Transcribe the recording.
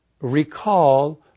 recall